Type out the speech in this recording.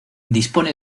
dispone